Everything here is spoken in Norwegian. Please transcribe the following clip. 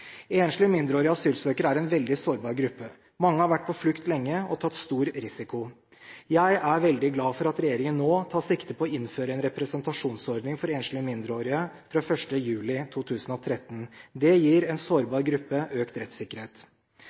Enslige mindreårige asylsøkere er en veldig sårbar gruppe. Mange har vært på flukt lenge og tatt stor risiko. Jeg er veldig glad for at regjeringen nå tar sikte på å innføre en representasjonsordning for enslige mindreårige fra 1. juli 2013. Det gir en sårbar gruppe økt rettssikkerhet.